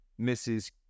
Mrs